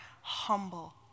humble